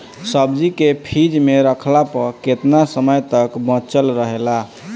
सब्जी के फिज में रखला पर केतना समय तक बचल रहेला?